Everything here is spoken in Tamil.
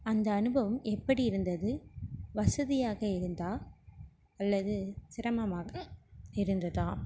அந்த அனுபவம் எப்படி இருந்தது வசதியாக இருந்தால் அல்லது சிரமமாக இருந்ததால்